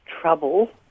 trouble